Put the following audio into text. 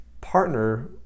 partner